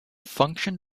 function